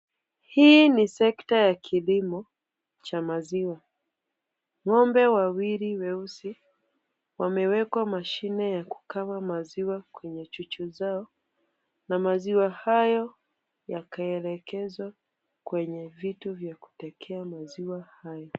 Hii ni sekta ya kilimo cha maziwa. Ng'ombe wawili weusi wamewekwa mashine ya kukama maziwa kwenye chuchu zao, na maziwa hayo yakaelekezwa kwenye vitu vya kutekea maziwa hayo.